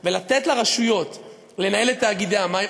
ולתת לרשויות לנהל את תאגידי המים,